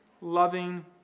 loving